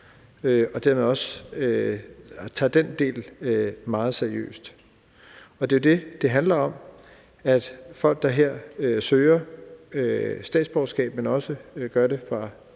og dermed også tager den del meget seriøst. Det er jo det, som det handler om, altså at folk, der her søger statsborgerskab, men også gør det ud